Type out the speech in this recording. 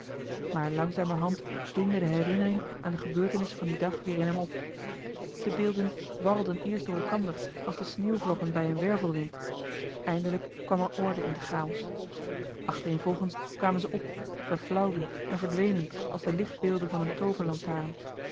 maar langzamerhand doemde de herinnering aan de gebeurtenissen van dien dag weer in hem op de beelden warrelden eerst door elkander als de sneeuwvlokken bij een wervelwind eindelijk kwam er orde in den chaos achtereenvolgens kwamen ze op verflauwden en verdwenen als de lichtbeelden van eene